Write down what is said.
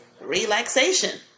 relaxation